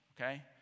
Okay